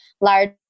large